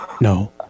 No